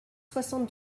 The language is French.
soixante